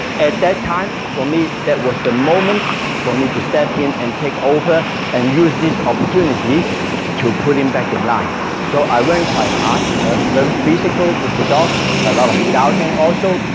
at that time for me, that was the moment for me to step in and take over and use this opportunity to put him back in line so i went quite hard ah very physical with the dog a lot of shouting also,